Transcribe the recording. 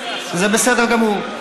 זה בסדר גמור.